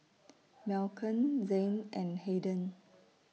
Malcom Zayne and Hayden